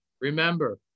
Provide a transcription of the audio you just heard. Remember